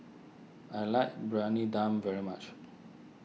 I like Briyani Dum very much